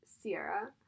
Sierra